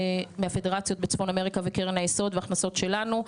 מהפדרציות בצפון אמריקה וקרן היסוד והכנסות שלנו.